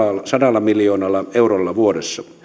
sadalla miljoonalla eurolla vuodessa